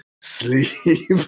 Sleep